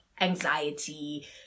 anxiety